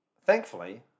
Thankfully